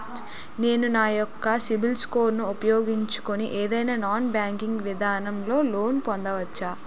నేను నా యెక్క సిబిల్ స్కోర్ ను ఉపయోగించుకుని ఏదైనా నాన్ బ్యాంకింగ్ విధానం లొ లోన్ పొందవచ్చా?